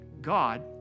God